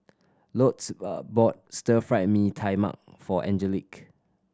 Lourdes bought Stir Fry Mee Tai Mak for Angelique